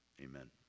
Amen